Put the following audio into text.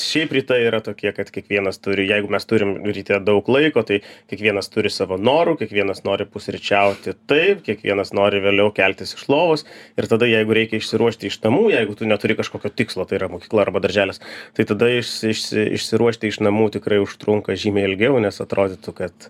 šiaip rytai yra tokie kad kiekvienas turi jeigu mes turim ryte daug laiko tai kiekvienas turi savo norų kiekvienas nori pusryčiauti taip kiekvienas nori vėliau keltis iš lovos ir tada jeigu reikia išsiruošti iš namų jeigu tu neturi kažkokio tikslo tai yra mokykla arba darželis tai tada išsi išsi išsiruošti iš namų tikrai užtrunka žymiai ilgiau nes atrodytų kad